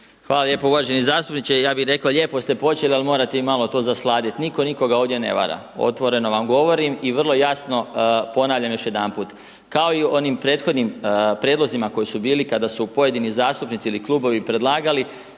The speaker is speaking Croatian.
Hvala lijepo uvaženi zastupniče, ja bi reko lijepo ste počeli, ali morate i malo to zasladit. Niko nikog ovdje ne vara, otvoreno vam govorim i vrlo jasno ponavljam još jedanput. Kao i u onim prethodnim prijedlozima koji su bili kada su pojedini zastupnici ili klubovi predlagali